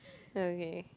okay